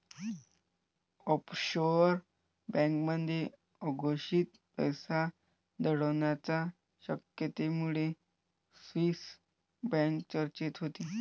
offshore बँकांमध्ये अघोषित पैसा दडवण्याच्या शक्यतेमुळे स्विस बँक चर्चेत होती